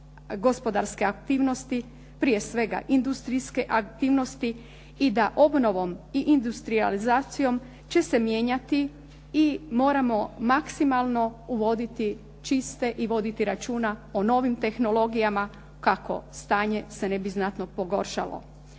gospodarske aktivnosti prije svega industrijske aktivnosti i da obnovom i industrijalizacijom će se mijenjati i moramo maksimalno uvoditi čiste i voditi računa o novim tehnologijama kako stanje se ne bi znatno pogoršalo.